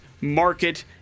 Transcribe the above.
market